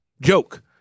joke